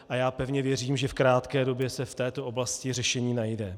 A já pevně věřím, že v krátké době se v této oblasti řešení najde.